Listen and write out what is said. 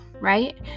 right